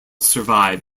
survive